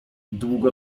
długo